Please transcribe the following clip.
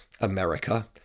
America